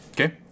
Okay